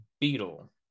Beetle